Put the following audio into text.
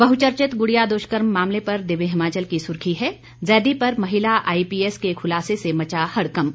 बहुचर्चित गुड़िया दुष्कर्म मामले पर दिव्य हिमाचल की सुर्खी है जैदी पर महिला आईपीएस के खुलासे से मचा हड़कंप